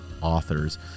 authors